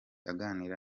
aganira